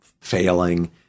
failing